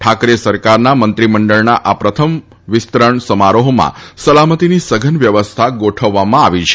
ઠાકરે સરકારના મંત્રીમંડળના આ પ્રથમ વિસ્તરણ સમારોહમાં સલામતીની સઘન વ્યવસ્થા ગોઠવવામાં આવી છે